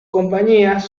compañías